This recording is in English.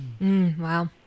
Wow